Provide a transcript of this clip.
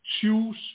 choose